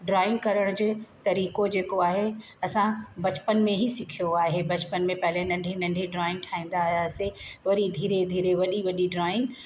drawing करण जे तरीक़ो जेको आहे असां बचपन में ई सिखियो आहे बचपन में पहिरीं नंढी नंढी ड्रॉइंग ठाहियासीं वरी धीरे धीरे वॾी वॾी ड्रॉइंग